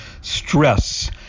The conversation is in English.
stress